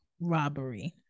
robbery